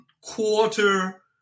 quarter